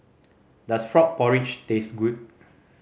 does frog porridge taste good